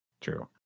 True